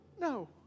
No